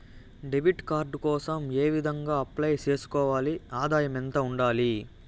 Debit card కోసం ఏ విధంగా అప్లై సేసుకోవాలి? ఆదాయం ఎంత ఉండాలి?